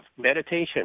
meditation